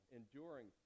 enduring